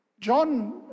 John